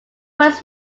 was